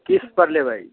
किस्त पर लेबै